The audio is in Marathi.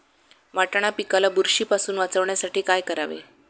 वाटाणा पिकाला बुरशीपासून वाचवण्यासाठी काय करावे?